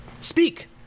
Speak